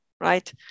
right